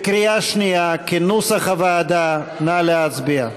כנוסח הוועדה, בקריאה שנייה, נא להצביע.